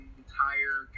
entire